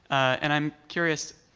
and i'm curious,